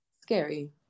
scary